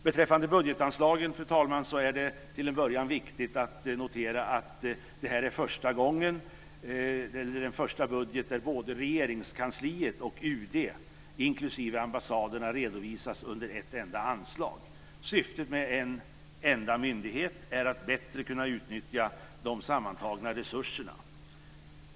Beträffande budgetanslagen, fru talman, är det till en början viktigt att notera att detta är den första budget där både Regeringskansliet och UD inklusive ambassaderna redovisas under ett enda anslag. Syftet med att ha en enda myndighet är att man bättre ska kunna utnyttja de sammantagna resurserna.